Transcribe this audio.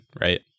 right